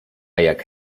jak